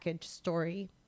story